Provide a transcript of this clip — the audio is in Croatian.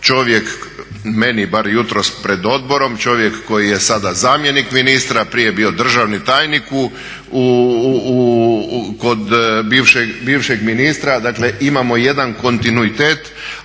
čovjek meni bar jutros pred odborom, čovjek koji je sada zamjenik ministra, prije je bio državni tajnik kod bivšeg ministra, dakle imamo jedan kontinuitet,